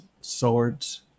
swords